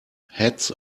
hats